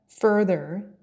further